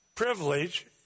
privilege